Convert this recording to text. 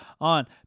on